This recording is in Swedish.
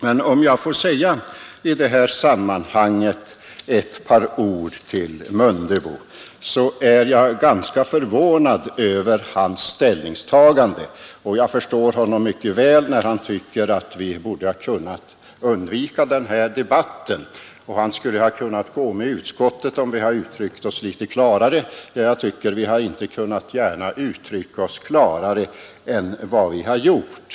Till herr Mundebo vill jag i detta sammanhang säga att jag är ganska förvånad över hans ställningstagande. Jag förstår honom mycket väl när han tycker att vi borde ha kunnat undvika den här debatten, han skulle ha kunnat rösta med utskottsmajoriteten om vi hade uttryckt oss litet klarare. Jag tycker dock att vi inte gärna har kunnat uttrycka oss klarare än vi gjort.